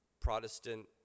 Protestant